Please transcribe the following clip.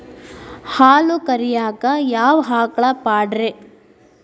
ಹಾಲು ಕರಿಯಾಕ ಯಾವ ಆಕಳ ಪಾಡ್ರೇ?